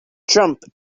trumpet